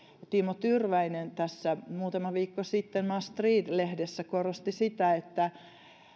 timo tyrväinen tässä muutama viikko sitten mustread lehdessä korosti sitä että